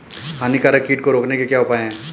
हानिकारक कीट को रोकने के क्या उपाय हैं?